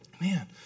man